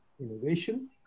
innovation